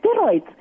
steroids